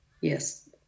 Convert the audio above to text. yes